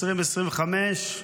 ב-2025,